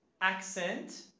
accent